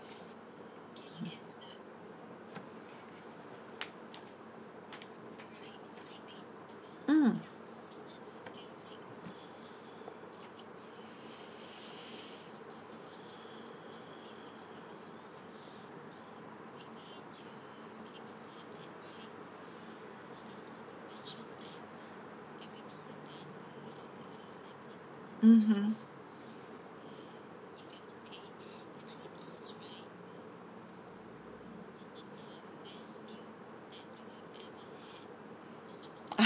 mm mmhmm